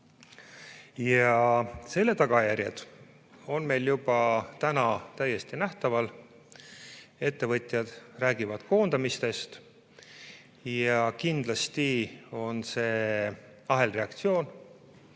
Ja selle tagajärjed on meil juba täna täiesti nähtavad. Ettevõtjad räägivad koondamistest ja kindlasti on see ahelreaktsioon: